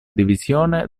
divisione